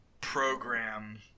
program